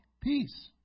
peace